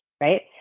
right